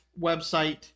website